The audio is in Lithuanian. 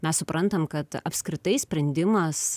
mes suprantam kad apskritai sprendimas